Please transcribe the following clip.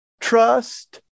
Trust